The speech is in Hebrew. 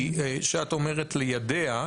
כי כשאת אומרת ליידע,